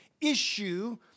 issue